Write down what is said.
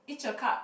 each a cup